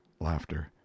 Laughter